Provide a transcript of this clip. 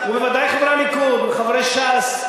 ובוודאי חברי הליכוד וחברי ש"ס,